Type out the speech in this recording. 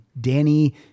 Danny